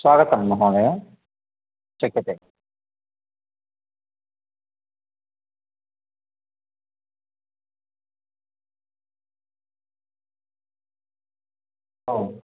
स्वागतं महोदय शक्यते आम्